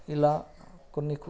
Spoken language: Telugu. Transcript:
ఇలా కొన్ని